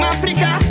Africa